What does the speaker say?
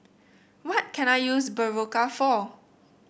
what can I use Berocca for